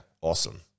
Awesome